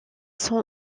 sont